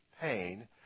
pain